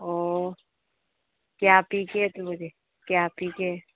ꯑꯣ ꯀꯌꯥ ꯄꯤꯒꯦ ꯑꯗꯨꯗꯤ ꯀꯌꯥ ꯄꯤꯒꯦ